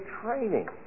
training